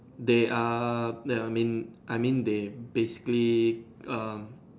they are ya I mean I mean they basically um